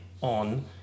on